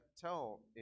tell